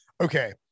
okay